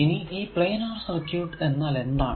ഇനി ഈ planar circuit എന്നാൽ എന്താണ്